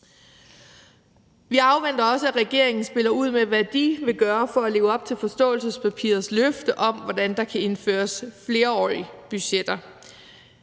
Vi afventer også, at regeringen spiller ud med, hvad de vil gøre for at leve op til løftet i forståelsespapiret om, hvordan der kan indføres flerårige budgetter.